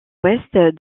ouest